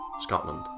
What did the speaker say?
Scotland